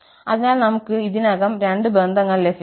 അതിനാൽ നമുക് ഇതിനകം രണ്ട് ബന്ധങ്ങൾ ലഭിച്ചു